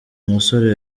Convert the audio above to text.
musore